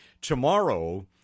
tomorrow